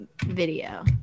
video